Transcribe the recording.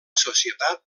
societat